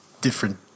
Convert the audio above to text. Different